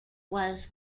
was